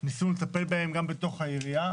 ניסינו לטפל בהם גם בתוך העירייה,